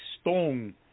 stone